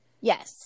Yes